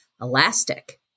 elastic